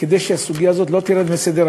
כדי שהסוגיה הזאת לא תרד מסדר-היום,